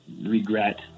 regret